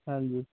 ਹਾਂਜੀ